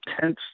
tense